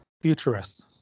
futurists